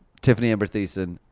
tiffany amber thiesson,